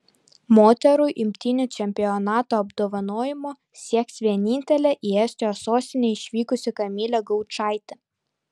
moterų imtynių čempionato apdovanojimo sieks vienintelė į estijos sostinę išvykusi kamilė gaučaitė